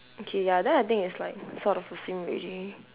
okay ya then I think it's like sort of already